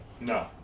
No